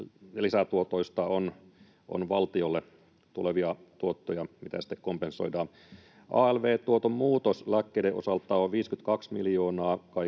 lisätuotoista on valtiolle tulevia tuottoja, mitä sitten kompensoidaan. Alv-tuoton muutos lääkkeiden osalta on kaikkiaan